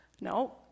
No